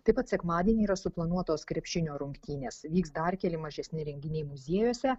taip pat sekmadienį yra suplanuotos krepšinio rungtynės vyks dar keli mažesni renginiai muziejuose